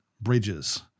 bridges